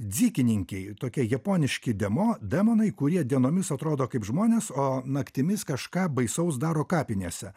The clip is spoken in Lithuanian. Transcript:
dzykininkiai tokie japoniški demo demonai kurie dienomis atrodo kaip žmonės o naktimis kažką baisaus daro kapinėse